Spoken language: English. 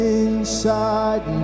inside